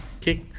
Kick